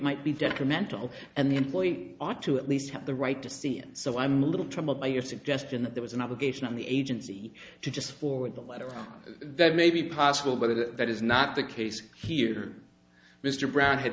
might be detrimental and the employee ought to at least have the right to see it so i'm a little troubled by your suggestion that there was an obligation on the agency to just forward the letter that may be possible but that is not the case here mr brown had